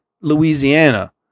louisiana